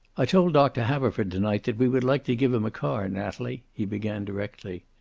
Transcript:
i told doctor haverford to-night that we would like to give him a car, natalie, he began directly.